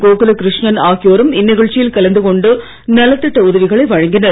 கோகுல கிருஷ்ணன் ஆகியோரும் இந்நிகழ்ச்சியில் கலந்து கொண்டு நலத்திட்ட உதவிகளை வழங்கினர்